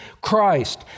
Christ